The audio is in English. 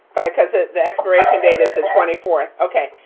cause ah the expiration date is the twenty fourth. okay,